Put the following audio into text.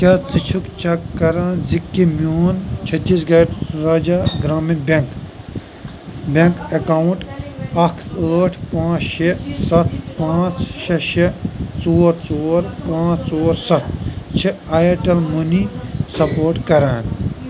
کیٛاہ ژٕ چھُکھ چَک کَران زِ کہِ میون Chhattisgarh Rajya Gramin bank bank account اَکھ ٲٹھ پانٛژھ شےٚ سَتھ پانٛژھ شےٚ شےٚ ژور ژور پانٛژھ ژور سَتھ چھےٚ اَیَرٹَل مٔنی سَپوٹ کران